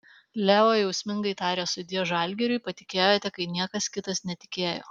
leo jausmingai tarė sudie žalgiriui patikėjote kai niekas kitas netikėjo